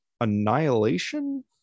annihilation